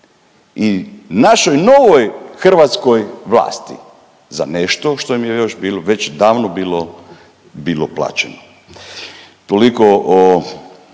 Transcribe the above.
i našoj novoj hrvatskoj vlasti za nešto što im je još bilo, već i davno bilo bilo plaćeno. Toliko o